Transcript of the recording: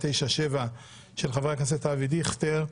(פ/2997/24), של חבר הכנסת אבי דיכטר.